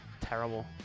terrible